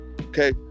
Okay